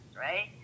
right